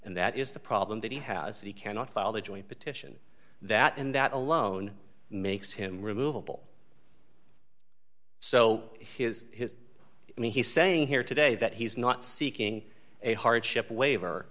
and that is the problem that he has he cannot file the joint petition that and that alone makes him removable so his his i mean he's saying here today that he's not seeking a hardship waiver